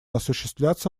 осуществляться